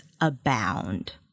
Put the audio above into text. abound